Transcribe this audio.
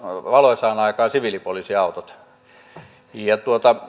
valoisaan aikaan jopa siviilipoliisiautot